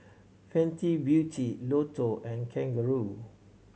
Fenty Beauty Lotto and Kangaroo